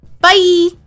Bye